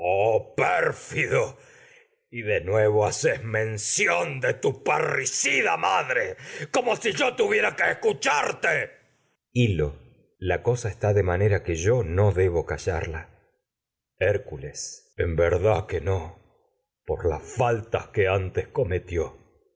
pérfido y de nuevo haces men tragedias de sóeoclfis lción de tu parricida madre como si yo tuviera que eá cucharte hil lo la cosa está de manera que yo no debo callarla hércules en verdad que no por las faltas que antes cometió